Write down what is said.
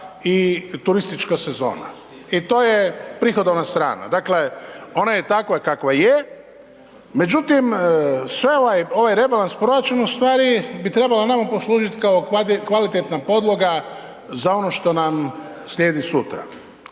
i turistička sezona. I to je prihodovna strana. Dakle, ona je takva kakva je, međutim svela je ovaj rebalans proračuna u stvari bi trebala nama poslužit kao kvalitetna podloga za ono što nam slijedi sutra.